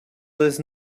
das